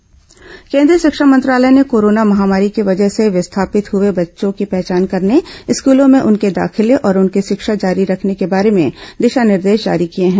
शिक्षा दिशा निर्दे श केंद्रीय शिक्षा मंत्रालय ने कोरोना महामारी की वजह से विस्थापित हुए बच्चों की पहचान करने स्कूल में उनके दाखिले और उनकी शिक्षा जारी रखने के बारे में दिशा निर्देश जारी किए हैं